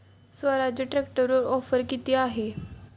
स्वराज्य ट्रॅक्टरवर ऑफर किती आहे?